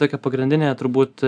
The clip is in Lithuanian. tokia pagrindinė turbūt